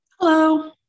Hello